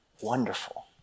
wonderful